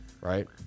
right